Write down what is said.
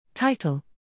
Title